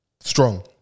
Strong